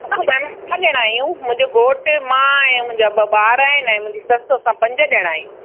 छह ॼणा आहियूं मुंहिंजो घोटु मां ऐं मुंहिंजा ॿ ॿार आहिनि ऐं मुंहिंजी ससु असां पंज ॼणा आहियूं